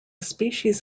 species